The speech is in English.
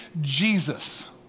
Jesus